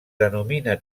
denomina